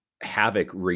havoc